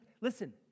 listen